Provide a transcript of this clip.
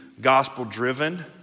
gospel-driven